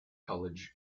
college